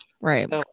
Right